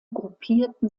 gruppierten